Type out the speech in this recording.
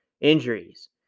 injuries